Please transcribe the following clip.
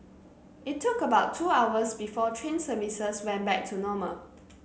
it took about two hours before train services went back to normal